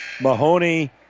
Mahoney